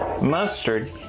mustard